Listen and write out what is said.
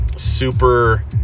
super